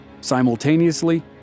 Simultaneously